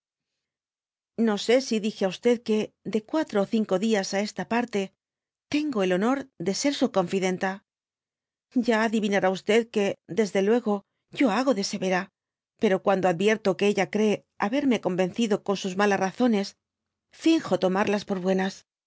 no sé si dije á que de quatro ó cinco dias á esta parte tengo el honor de ser su confídenta ya adivinará que desde luego yo hago de severa pero cuando advierto que ella cree haberme convencido con sus malas razones fingo tomarlas por buenas